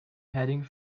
heading